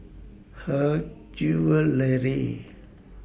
Her Jewellery